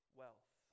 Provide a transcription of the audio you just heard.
wealth